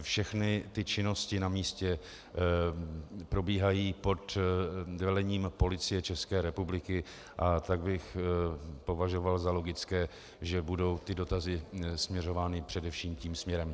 Všechny činnosti na místě probíhají pod velením Policie České republiky, a tak bych považoval za logické, že budou dotazy směřovány především tím směrem.